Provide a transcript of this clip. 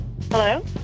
Hello